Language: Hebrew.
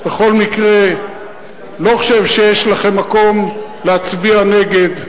בכל מקרה, אני לא חושב שיש לכם מקום להצביע נגד.